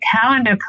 calendar